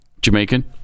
Jamaican